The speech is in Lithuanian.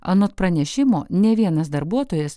anot pranešimo nė vienas darbuotojas